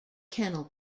kennel